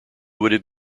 would